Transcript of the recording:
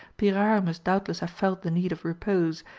pyrard must doubtless have felt the need of repose,